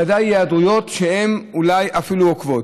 בוודאי היעדרויות שהן אולי אפילו עוקבות.